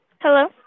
Hello